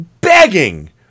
begging